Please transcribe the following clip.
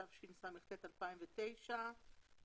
התשס"ט-2009".